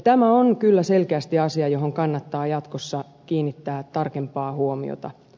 tämä on kyllä selkeästi asia johon kannattaa jatkossa kiinnittää tarkempaa huomiota